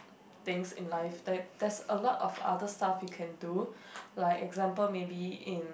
things in life that there is a lot of other stuff you can do like example maybe in